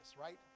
right